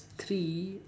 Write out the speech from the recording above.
there's three